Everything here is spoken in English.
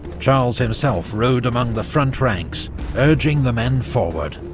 charles himself rode among the front ranks urging the men forward.